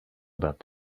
about